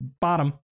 bottom